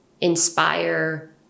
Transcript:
inspire